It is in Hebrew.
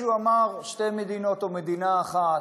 כשהוא אמר: שתי מדינות או מדינה אחת,